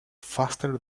faster